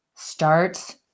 Starts